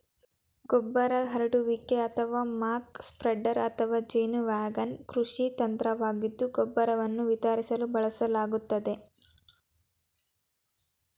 ಗೊಬ್ಬರ ಹರಡುವಿಕೆ ಅಥವಾ ಮಕ್ ಸ್ಪ್ರೆಡರ್ ಅಥವಾ ಜೇನು ವ್ಯಾಗನ್ ಕೃಷಿ ಯಂತ್ರವಾಗಿದ್ದು ಗೊಬ್ಬರವನ್ನು ವಿತರಿಸಲು ಬಳಸಲಾಗ್ತದೆ